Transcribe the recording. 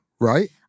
Right